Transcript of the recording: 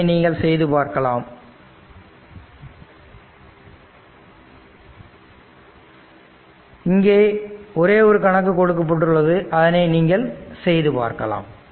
இதனை நீங்கள் செய்து பார்க்கலாம் இங்கு ஒரே ஒரு கணக்கு கொடுக்கப்பட்டுள்ளது அதனை நீங்கள் செய்து பார்க்கலாம்